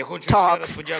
talks